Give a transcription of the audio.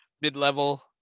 mid-level